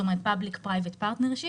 שזה אומר Public Privet Partnership.